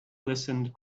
listened